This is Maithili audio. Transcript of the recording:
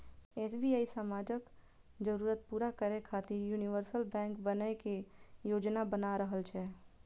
एस.बी.आई समाजक जरूरत पूरा करै खातिर यूनिवर्सल बैंक बनै के योजना बना रहल छै